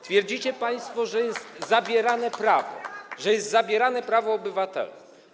Twierdzicie państwo, że jest zabierane prawo, że jest zabierane prawo obywatelom.